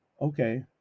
okay